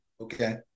Okay